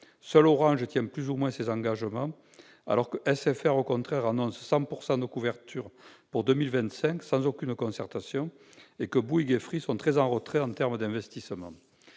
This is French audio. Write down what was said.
Seul Orange tient plus ou moins ses engagements, alors que SFR annonce au contraire 100 % de couverture en 2025, sans aucune concertation, et que Bouygues et Free sont très en retrait en termes d'investissements.